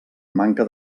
manca